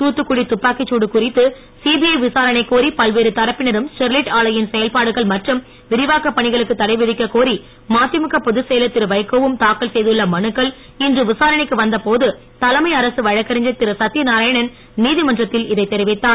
தூத்துக்குடி துப்பாக்கி தூடு குறித்து சிபிஐ விசாரணை கோரி பல்வேறு தரப்பினரும் ஸ்டெரிலைட் ஆலையின் செயல்பாடுகள் மற்றும் விரிவாக்க பணிகளுக்கு தடை விதிக்க கோரி மதிமுக பொதுச் செயலர் திரு வைகோவும் தாக்கல் செய்துள்ள மனுக்கள் இன்று விசாரணைக்கு வந்த போது தலைமை அரசு வழக்கறிஞர் திரு சத்தியநாராயணன் நீதமன்றத்தில் இதைத் தெரிவித்தார்